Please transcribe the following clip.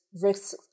risks